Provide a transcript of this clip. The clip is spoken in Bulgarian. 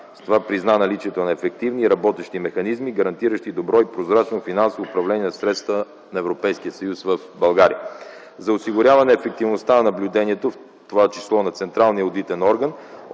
С това призна наличието на ефективни и работещи механизми, гарантиращи добро и прозрачно финансово управление на средствата на Европейския съюз в България. За осигуряване ефективността на наблюдението, в това число на Централния одитен орган